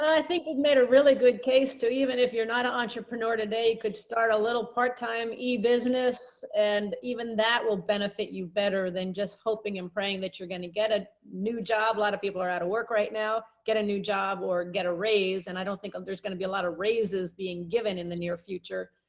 i think you've made a really good case to, even if you're not an entrepreneur today could start a little part time e business. and even that will benefit benefit you better than just hoping and praying that you're going to get a new job. a lot of people are out of work right now, get a new job or get a raise. and i don't think there's going to be a lot of raises being given in the near future,